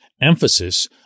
emphasis